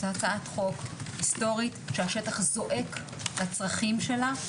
הצעת חוק היסטורית שהשטח זועק לצרכים שלה,